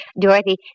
Dorothy